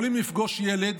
יכולים לפגוש ילד,